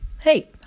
Hey